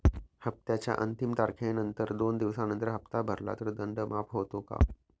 हप्त्याच्या अंतिम तारखेनंतर दोन दिवसानंतर हप्ता भरला तर दंड माफ होतो का?